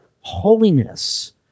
Holiness